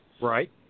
Right